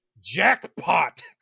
jackpot